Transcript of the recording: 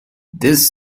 this